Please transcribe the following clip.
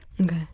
Okay